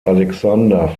alexander